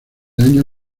año